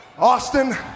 Austin